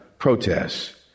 Protests